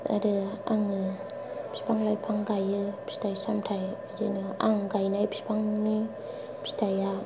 आरो आङो बिफां लाइफां गायो फिथाइ सामथाइ बिदिनो आं गायनाय बिफांनि फिथाइया